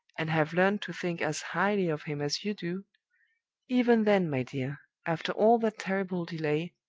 and have learned to think as highly of him as you do even then, my dear, after all that terrible delay,